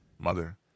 mother